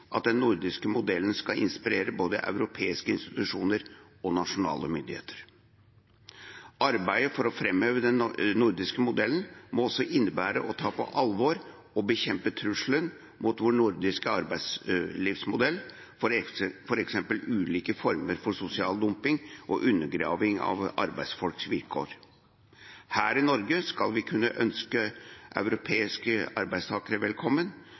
at den nordiske modellen skal inspirere både europeiske institusjoner og nasjonale myndigheter. Arbeidet for å framheve den nordiske modellen må også innebære å ta på alvor og bekjempe trusselen mot vår nordiske arbeidslivsmodell, f.eks. ulike former for sosial dumping og undergraving av arbeidsfolks vilkår. Her i Norge skal vi kunne ønske europeiske arbeidstakere velkommen,